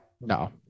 No